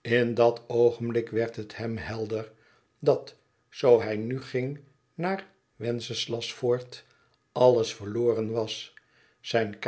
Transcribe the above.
in dat oogenblik werd het hem helder dat zoo hij nu ging naar wenceslasfort alles verloren was zijn